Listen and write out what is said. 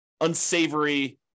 unsavory